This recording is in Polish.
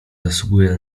zasługuje